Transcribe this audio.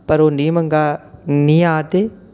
पर ओह् नेईं मंगां नेईं आंते